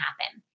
happen